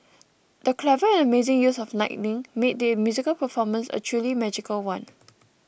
the clever and amazing use of lighting made the musical performance a truly magical one